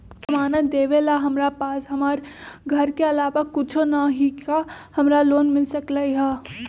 जमानत देवेला हमरा पास हमर घर के अलावा कुछो न ही का हमरा लोन मिल सकई ह?